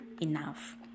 enough